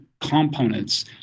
components